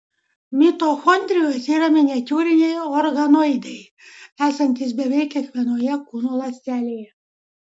mitochondrijos yra miniatiūriniai organoidai esantys beveik kiekvienoje kūno ląstelėje